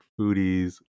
foodies